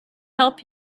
help